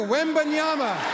Wembanyama